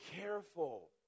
careful